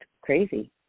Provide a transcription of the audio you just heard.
crazy